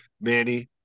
Manny